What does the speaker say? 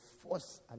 force